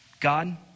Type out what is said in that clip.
God